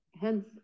Hence